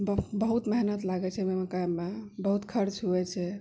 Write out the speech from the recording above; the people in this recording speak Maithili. बहुत मेहनत लागै छै मकइमे बहुत खर्च हुवे छै